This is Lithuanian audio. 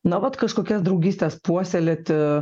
na vat kažkokias draugystes puoselėti